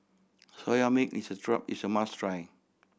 Soya Milk is a is a must try